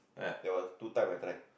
there was two time I tried